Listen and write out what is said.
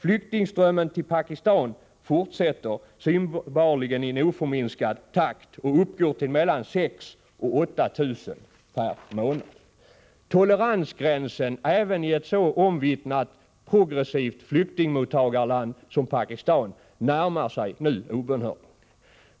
Flyktingströmmen till Pakistan fortsätter synbarligen i oförminskad takt och uppgår till mellan 6 000 och 8 000 per månad. Toleransgränsen även i ett så omvittnat progressivt flyktingmottagarland som Pakistan närmar sig nu obönhörligen.